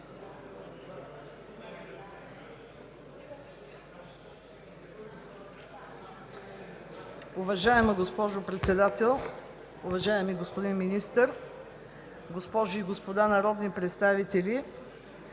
Уважаема госпожо Председател, уважаеми господин Министър, госпожи и господа народни представители!